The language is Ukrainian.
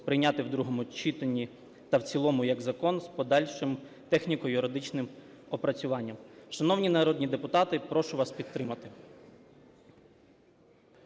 прийняти в другому читанні та в цілому як закон з подальшим техніко-юридичним опрацюванням. Шановні народні депутати, прошу вас підтримати.